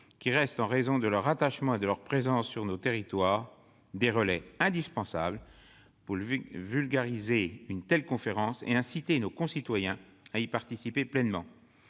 nationaux ? En raison de leur ancrage et de leur présence sur nos territoires, ceux-ci restent des relais indispensables pour vulgariser une telle conférence et inciter nos concitoyens à y participer pleinement.